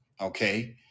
Okay